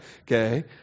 okay